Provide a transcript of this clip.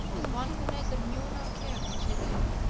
as one who neither knew nor cared what she did,